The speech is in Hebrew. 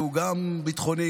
שהוא גם ביטחוני,